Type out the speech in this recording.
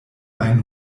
ajn